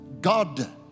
God